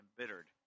embittered